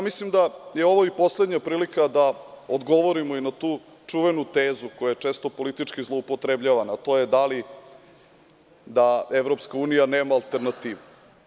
Mislim da je ovo i poslednja prilika da odgovorimo i na tu čuvenu tezu koja je često politički zloupotrebljava, a to je da li da EU nema alternativu.